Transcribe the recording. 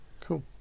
cool